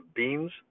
beans